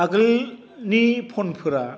आगोलनि फनफोरा